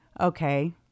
Okay